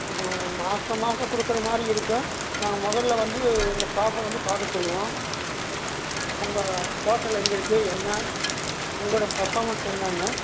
மாதம் மாதம் கொடுக்கறமாரி இருக்கும் நான் முதல்ல வந்து எங்கள் ஸ்டாஃப்பை வந்து பார்க்க சொல்லுவோம் உங்கள் ஹோட்டல் எங்கே இருக்கு என்ன உங்களோட பர்ஃபாமன்ஸ் என்னன்னு